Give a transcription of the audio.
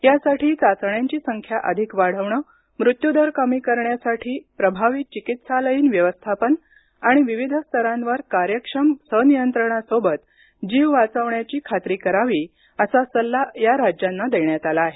यासाठी चाचण्यांची संख्या अधिक वाढवणं मृत्यू दर कमी करण्यासाठी प्रभावी चिकित्सालयीन व्यवस्थापन आणि विविध स्तरांवर कार्यक्षम संनियंत्रणासोबत जीव वाचवण्याची खातरी करावी असा सल्ला या राज्यांना देण्यात आला आहे